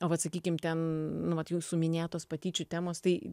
o vat sakykim ten nu vat jūsų minėtos patyčių temos tai